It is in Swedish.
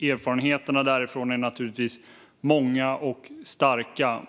Erfarenheterna därifrån är naturligtvis många och starka.